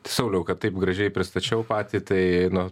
sauliau kad taip gražiai pristačiau patį tai nuo